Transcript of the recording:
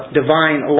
divine